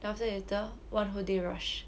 then after that later one whole day rush